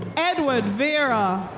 edward vera.